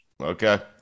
okay